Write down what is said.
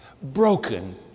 broken